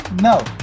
No